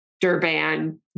Durban